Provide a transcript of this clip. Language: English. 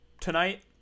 tonight